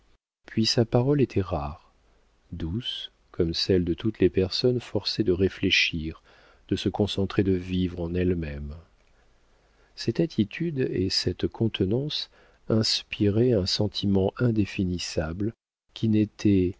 puis sa parole était rare douce comme celle de toutes les personnes forcées de réfléchir de se concentrer de vivre en elles-mêmes cette attitude et cette contenance inspiraient un sentiment indéfinissable qui n'était